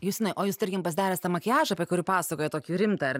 justinai o jūs tarkim pasidaręs tą makiažą apie kurį pasakojot tokį rimtą ar